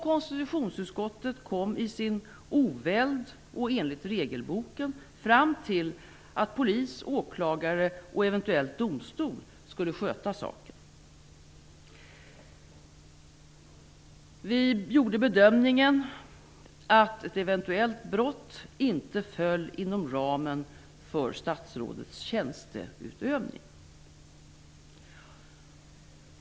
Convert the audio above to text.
Konstitutionsutskottet kom i sin oväld och enligt regelboken fram till att polis, åklagare och eventuellt domstol skulle sköta saken. Vi gjorde bedömningen att ett eventuellt brott inte föll inom ramen för statsrådets tjänsteutövning.